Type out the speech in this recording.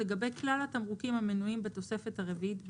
לגבי כלל התמרוקים המנויים בתוספת הרביעית ב'1,